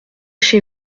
chez